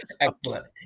Excellent